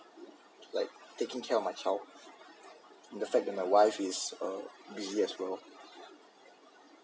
like taking care of my child with the fact that my wife is a buzy as well